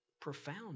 profound